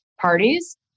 parties